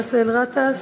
חבר הכנסת באסל גטאס,